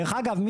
דרך אגב,